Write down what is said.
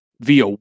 via